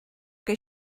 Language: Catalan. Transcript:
que